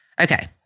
Okay